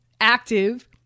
active